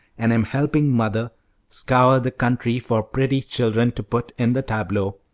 and am helping mother scour the country for pretty children to put in the tableaux.